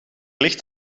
ligt